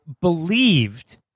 believed